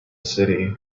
city